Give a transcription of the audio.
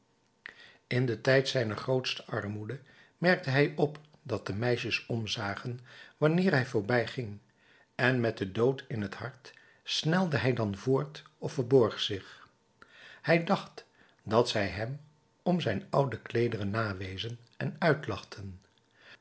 in den tijd zijner grootste armoede merkte hij op dat de meisjes omzagen wanneer hij voorbij ging en met den dood in het hart snelde hij dan voort of verborg zich hij dacht dat zij hem om zijn oude kleederen nawezen en uitlachten